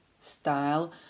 style